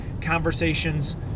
conversations